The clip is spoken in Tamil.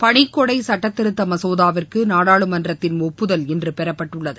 பணிக்கொடை சுட்டத்திருத்த மசோதாவிற்கு நாடாளுமன்றத்தின் ஒப்புதல் இன்று பெறப்பட்டுள்ளது